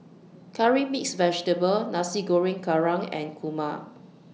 Curry Mixed Vegetable Nasi Goreng Kerang and Kurma